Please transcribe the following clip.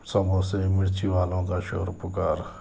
سموسے مرچی والوں کا شور پکار